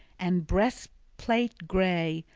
and breastplate gray,